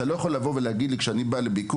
אז אתה לא יכול לבוא ולהגיד לי כשאני בא לביקור,